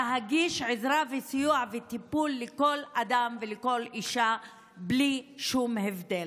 להגיש עזרה וסיוע וטיפול לכל אדם ולכל אישה בלי שום הבדל.